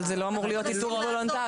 אבל זה לא אמור להיות איתור וולונטרי,